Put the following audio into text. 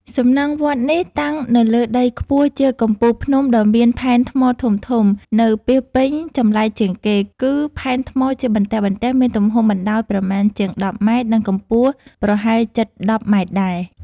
សំណង់វត្តនេះ តាំងនៅលើដីខ្ពស់ជាកំពូលភ្នំដ៏មានផែនថ្មធំៗ នៅពាសពេញចម្លែកជាងគេ គឺផែនថ្មជាបន្ទះៗ មានទំហំបណ្ដោយប្រមាណជាង ១០ ម៉ែត្រ និងកម្ពស់ប្រហែលជិតដប់ម៉ែត្រដែរ ។